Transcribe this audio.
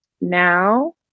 now